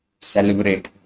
celebrate